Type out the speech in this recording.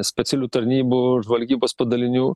specialiųjų tarnybų žvalgybos padalinių